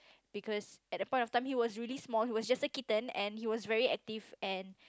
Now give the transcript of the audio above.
because at that point of time he was really small he was just a kitten and he was very active and